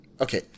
Okay